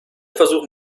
versuch